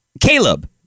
Caleb